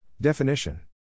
Definition